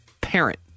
parent